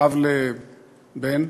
אב לבן,